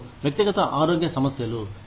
మరియు వ్యక్తిగత ఆరోగ్య సమస్యలు